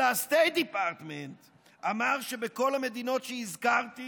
אלא ה-State Department אמר שבכל המדינות שהזכרתי